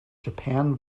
japan